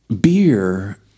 Beer